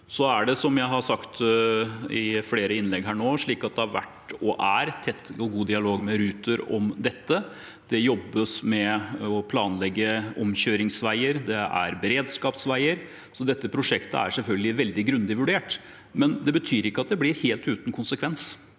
er – tett og god dialog med Ruter om dette. Det jobbes med å planlegge omkjøringsveier, det er beredskapsveier. Så dette prosjektet er selvfølgelig veldig grundig vurdert, men det betyr ikke at det blir helt uten konsekvens.